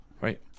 Right